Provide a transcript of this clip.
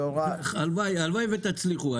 הלוואי ותצליחו,